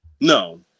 No